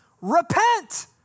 repent